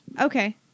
Okay